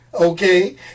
okay